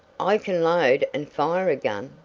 i can load and fire a gun,